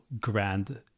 grand